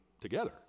together